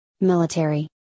military